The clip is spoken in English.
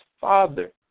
father